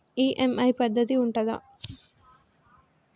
EMI పద్ధతి ఉంటదా?